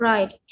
Right